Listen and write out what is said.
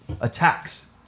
attacks